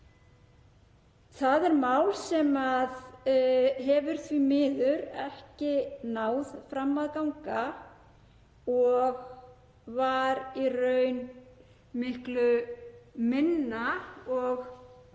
Það er mál sem hefur því miður ekki náð fram að ganga og var í raun miklu minna